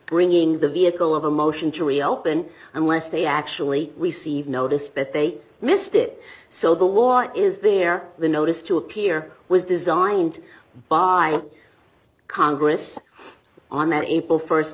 bringing the vehicle of a motion to reopen unless they actually receive notice that they missed it so the law is there the notice to appear was designed by congress on that april